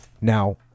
Now